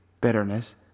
bitterness